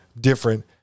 different